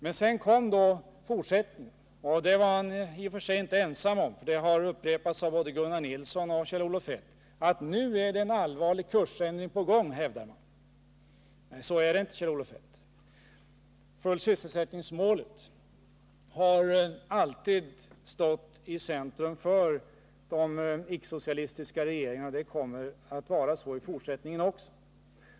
Men sedan kom då fortsättningen — och den blev han i och för sig inte ensam om, för vad han sade har sedan upprepats av både Gunnar Nilsson och Kjell-Olof Feldt. Han hävdade att en allvarlig kursändring nu skulle vara på gång. Men så är det inte, Kjell-Olof Feldt. Målet full sysselsättning har alltid stått i centrum för de icke socialistiska regeringarna, och det kommer att vara så i fortsättningen också.